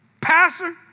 pastor